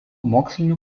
mokslinių